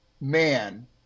man